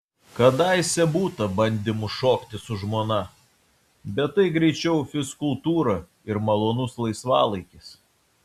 kadaise būta bandymų šokti su žmona bet tai greičiau fizkultūra ir malonus laisvalaikis